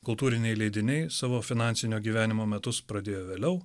kultūriniai leidiniai savo finansinio gyvenimo metus pradėjo vėliau